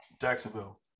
Jacksonville